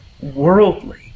worldly